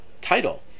title